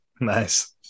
Nice